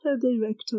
director